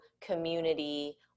community